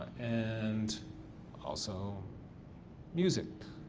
and also music.